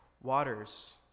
Waters